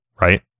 right